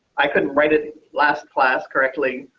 i couldn't write it last class correctly,